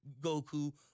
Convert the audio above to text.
Goku